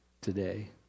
today